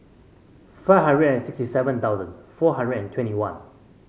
five hundred and sixty seven thousand four hundred and twenty one